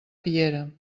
piera